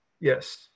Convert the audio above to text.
Yes